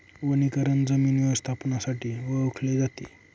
वनीकरण जमीन व्यवस्थापनासाठी ओळखले जाते